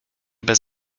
bez